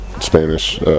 Spanish